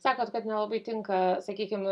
sakot kad nelabai tinka sakykim